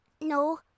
no